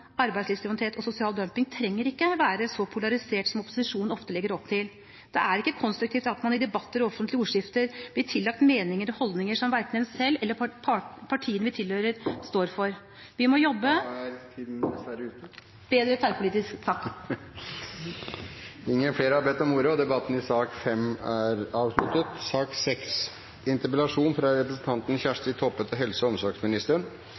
og sosial dumping trenger ikke å være så polarisert som opposisjonen ofte legger opp til. Det er ikke konstruktivt at man i debatter og offentlige ordskifter blir tillagt meninger og holdninger som verken en selv eller partiene vi tilhører, står for. Vi må jobbe … Da er tiden dessverre ute. … bedre tverrpolitisk. Takk! Flere har ikke bedt om ordet til sak nr. 5. Til liks med i